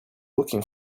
looking